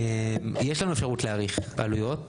יש לנו אפשרות להעריך את העלויות